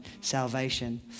salvation